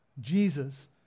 Jesus